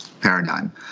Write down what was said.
paradigm